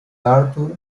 arthur